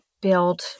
build